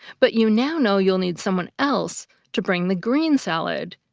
but you now know you'll need someone else to bring the green salad,